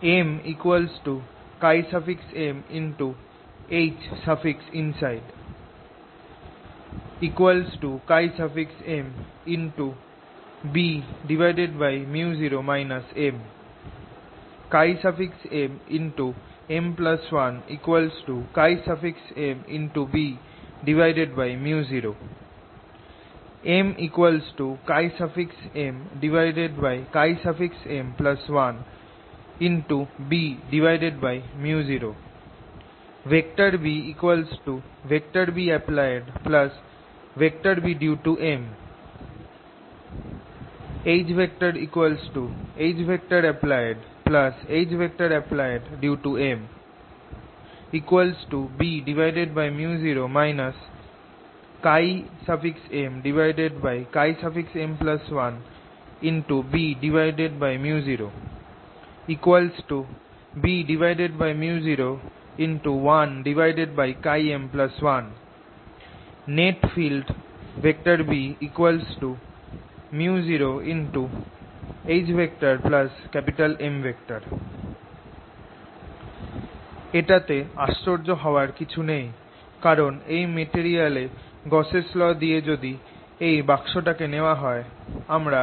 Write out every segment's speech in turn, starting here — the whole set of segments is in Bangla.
M MHinside MBµ0 M MM1 MBµ0 MMM1Bµ0 B Bapplied Bdue toM H Happlied Hdue toM Bµ0 MM1Bµ0 Bµ01M1 net field B µ0H M এটাতে আশ্চর্য হওয়ার কিছু নেই কারণ এই মেটেরিয়ালে গাউসস লও Gausss law দিয়ে যদি এই বাক্সটাকে নেওয়া হয় আমারা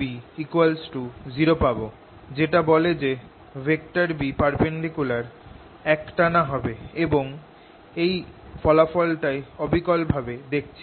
B 0 পাব যেটা বলে যে B একটানা হবে এবং এই ফলাফলটাই অবিকল ভাবে দেখছি